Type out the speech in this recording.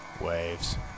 Waves